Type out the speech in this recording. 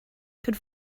could